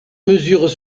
mesures